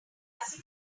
his